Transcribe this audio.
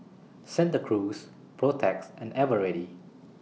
Santa Cruz Protex and Eveready